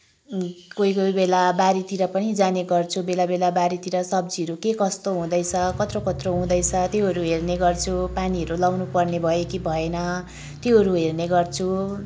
कोही कोही बेला बारीतिर पनि जाने गर्छु बेलाबेला बारीतिर सब्जीहरू के कस्तो हुँदैछ कत्रो कत्रो हुँदैछ त्योहरू हेर्ने गर्छु पानीहरू लाउनुपर्ने भयो कि भएन त्योहरू हेर्ने गर्छु